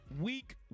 week